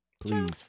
Please